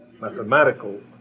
mathematical